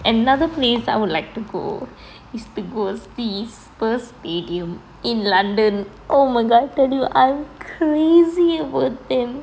another place that I would like to go is to go see spurs stadium in london oh my god I tell you I'm crazy about them